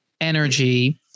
energy